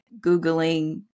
Googling